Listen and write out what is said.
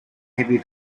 heavy